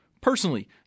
Personally